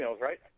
right